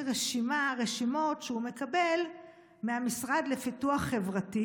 רשימות שהוא מקבל מהמשרד לפיתוח חברתי,